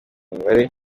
mibanire